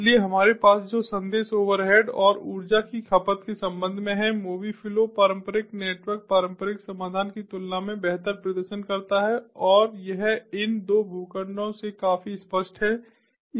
इसलिए हमारे पास जो संदेश ओवरहेड और ऊर्जा की खपत के संबंध में है मोबि फ्लो पारंपरिक नेटवर्क पारंपरिक समाधान की तुलना में बेहतर प्रदर्शन करता है और यह इन दो भूखंडों से काफी स्पष्ट है